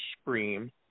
Scream